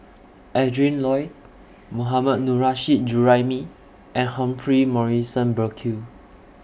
Adrin Loi Mohammad Nurrasyid Juraimi and Humphrey Morrison Burkill